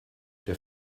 der